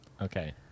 Okay